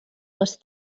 les